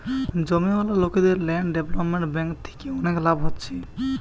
জমিওয়ালা লোকদের land development bank থিকে অনেক লাভ হচ্ছে